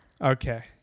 okay